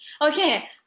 okay